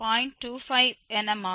25 என மாறும்